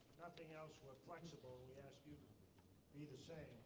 nothing else, we're flexible. we ask you to be the same.